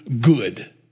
good